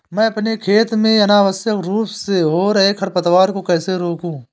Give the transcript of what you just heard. मैं अपने खेत में अनावश्यक रूप से हो रहे खरपतवार को कैसे रोकूं?